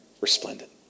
resplendent